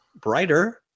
brighter